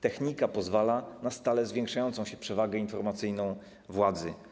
Technika pozwala na stale zwiększającą się przewagę informacyjną władzy.